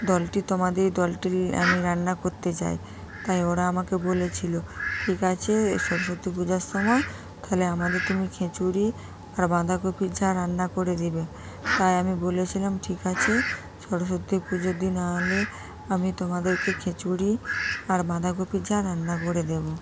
দলটি তোমাদের এই দলটির আমি রান্না করতে চাই তাই ওরা আমাকে বলেছিল ঠিক আছে এ সরস্বতী পূজার সময় খালি আমাদের তুমি খিচুড়ি আর বাঁধাকপির ঝাল রান্না করে দেবে তাই আমি বলেছিলাম ঠিক আছে সরস্বতী পুজোর দিন না হলে আমি তোমাদেরকে খিচুড়ি আর বাঁধাকপির ঝাল রান্না করে দেব